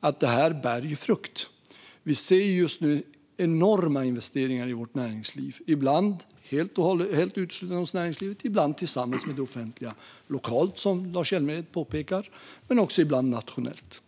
att det här bär frukt. Vi ser just nu enorma investeringar i vårt näringsliv, ibland helt och hållet inom näringslivet och ibland tillsammans med det offentliga - lokalt, som Lars Hjälmered påpekar, men ibland också nationellt.